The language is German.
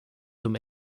zum